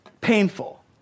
painful